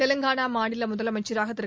தெலங்கானா மாநில முதலமைச்சராக திரு